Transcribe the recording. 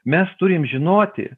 mes turim žinoti